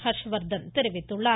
ஹர்ஷவர்த்தன் தெரிவித்துள்ளார்